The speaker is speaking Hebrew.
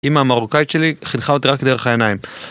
אמא המרוקאית שלי חינכה אותי רק דרך העיניים